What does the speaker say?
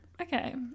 Okay